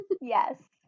yes